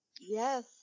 yes